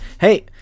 hey